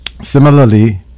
Similarly